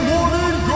Morning